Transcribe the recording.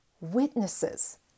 Witnesses